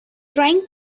trying